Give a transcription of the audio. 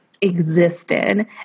existed